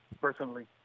personally